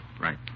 right